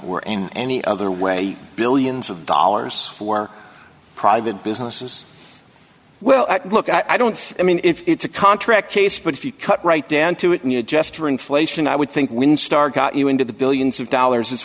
or in any other way billions of dollars for private businesses well look i don't i mean it's a contract case but if you cut right down to it and you just are inflation i would think winstar got you into the billions of dollars as